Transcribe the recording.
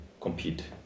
compete